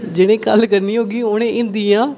जेह्ड़े गल्ल करनी होगी उ'नें हिंदी जां